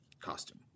costume